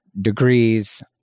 degrees